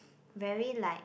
very like